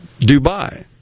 Dubai